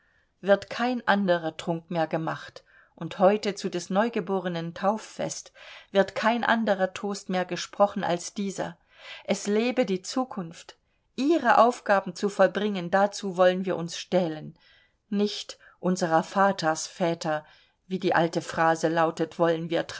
wird kein anderer trunk mehr gemacht und heute zu des neugeborenen tauffest wird kein anderer toast mehr gesprochen als dieser es lebe die zukunft ihre aufgaben zu vollbringen dazu wollen wir uns stählen nicht unserer vatersväter wie die alte phrase lautet wollen wir